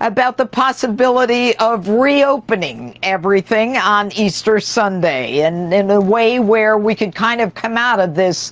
about the possibility of reopening everything on easter sunday. and in a way where we could kind of come out of this